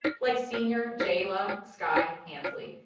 like senior jayla sky hansley,